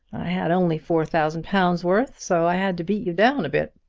i had only four thousand pounds' worth so i had to beat you down a bit.